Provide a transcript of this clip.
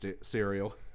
cereal